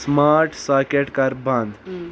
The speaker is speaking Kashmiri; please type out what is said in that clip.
سمارٹ ساکیٹ کر بند